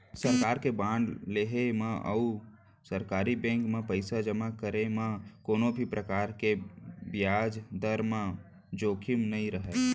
सरकार के बांड लेहे म अउ सरकारी बेंक म पइसा जमा करे म कोनों भी परकार के बियाज दर म जोखिम नइ रहय